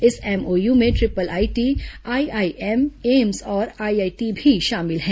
इस एमओयू में triple IT IIM AIIMS और आईआईटी भी शामिल हैं